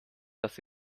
dass